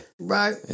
right